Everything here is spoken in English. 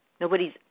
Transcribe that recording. Nobody's